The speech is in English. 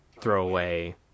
throwaway